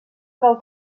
trau